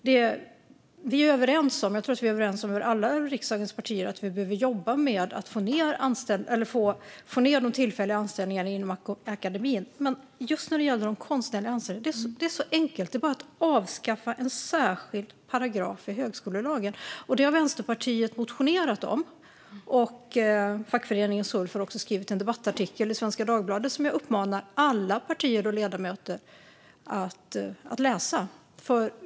Jag tror att vi i alla riksdagens partier är överens om att vi behöver jobba med att få ned de tillfälliga anställningarna inom akademin, just när det gäller de konstnärliga anställningarna. Det är enkelt. Det är bara att avskaffa en särskild paragraf i högskolelagen. Detta har Vänsterpartiet motionerat om. Fackföreningen Sulf har skrivit en debattartikel i Svenska Dagbladet som jag uppmanar alla partier och ledamöter att läsa.